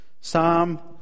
Psalm